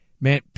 man